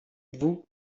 vous